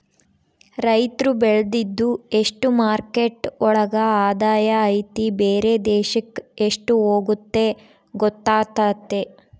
ರೈತ್ರು ಬೆಳ್ದಿದ್ದು ಎಷ್ಟು ಮಾರ್ಕೆಟ್ ಒಳಗ ಆದಾಯ ಐತಿ ಬೇರೆ ದೇಶಕ್ ಎಷ್ಟ್ ಹೋಗುತ್ತೆ ಗೊತ್ತಾತತೆ